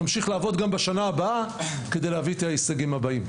נמשיך לעבוד גם בשנה הבאה כדי להביא את ההישגים הבאים.